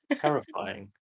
Terrifying